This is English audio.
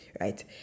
right